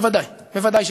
בוודאי, בוודאי שכן.